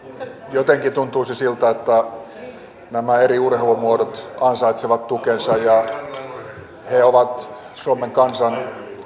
jotenkin tuntuisi siltä että nämä eri urheilumuodot ansaitsevat tukensa ja nämä kaikki hahmot paavo nurmesta alkaen ovat suomen kansan